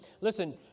listen